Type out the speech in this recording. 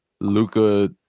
Luca